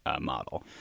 model